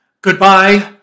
Goodbye